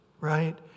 Right